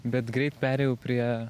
bet greit perėjau prie